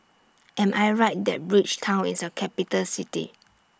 Am I Right that Bridgetown IS A Capital City